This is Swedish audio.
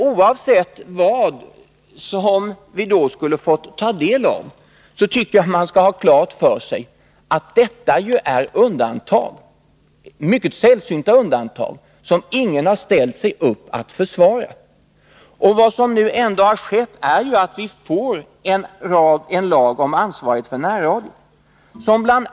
Oavsett vad vi skulle ha fått ta del av, skall man ha klart för sig att sådana här program är undantag — mycket sällsynta undantag, som ingen har ställt sig upp att försvara. Vad som nu ändå har skett är att vi får en lag om ansvarighet för närradion. Bl.